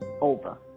Over